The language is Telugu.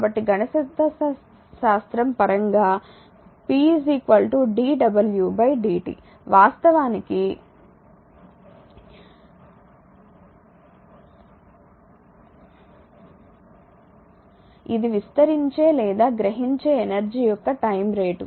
కాబట్టి గణితశాస్త్రం పరంగా p dw dt వాస్తవానికి ఇది విస్తరించే లేదా గ్రహించే ఎనర్జీ యొక్క టైమ్ రేటు